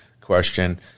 question